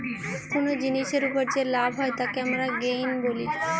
কুনো জিনিসের উপর যে লাভ হয় তাকে আমরা গেইন বলি